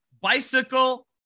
bicycle